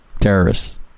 Terrorists